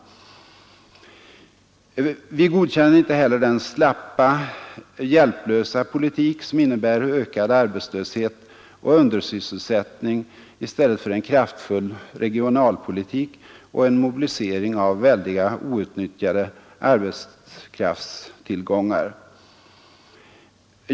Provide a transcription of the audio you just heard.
Vi godkänner inte heller den slappa, hjälplösa politik som innebär ökad arbetslöshet och undersysselsättning i stället för en kraftfull regionalpolitik och en mobilisering av väldiga outnyttjade arbetskraftstillgångar.